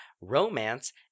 romance